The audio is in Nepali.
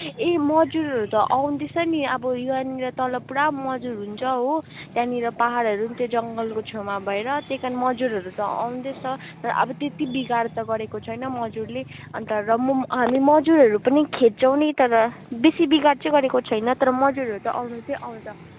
ए मजुरहरू त आउँदैछ नि अब यहाँनिर तल पुरा मजुर हुन्छ हो त्यहाँनिर पाहाडहरू पनि छ जङ्गलको छेउमा भएर त्यही कारण मजुरहरू त आउँदैछ र अब त्यति बिगार त गरेको छैन मजुरले अन्त र म पनि हामी मजुरहरू पनि खेद्छौँ नि तर बेसी बिगार चाहिँ गरेको छैन तर मजुरहरू त आउनु चाहिँ आउँछ